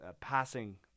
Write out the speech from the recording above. passing